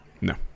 No